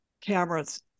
cameras